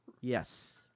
Yes